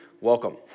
welcome